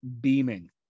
beaming